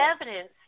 evidence